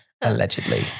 allegedly